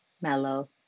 mellow